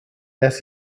dass